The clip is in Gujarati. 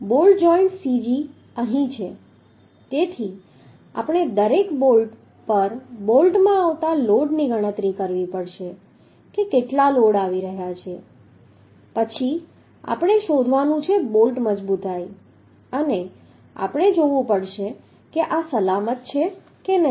બોલ્ટ જોઇન્ટ cg અહીં છે તેથી આપણે દરેક બોલ્ટ પર બોલ્ટમાં આવતા લોડની ગણતરી કરવી પડશે કે કેટલા લોડ આવી રહ્યા છે પછી આપણે શોધવાની છે બોલ્ટ મજબૂતાઈ અને આપણે જોવું પડશે કે આ સલામત છે કે નહીં